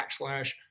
backslash